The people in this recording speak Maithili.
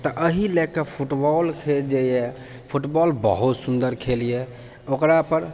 तऽ एहि लऽ कऽ फुटबॉल खेल जे अइ फुटबॉल बहुत सुन्दर खेल अइ ओकरापर